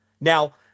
Now